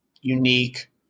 unique